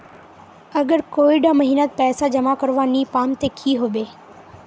अगर कोई डा महीनात पैसा जमा करवा नी पाम ते की होबे?